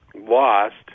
lost